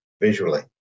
visually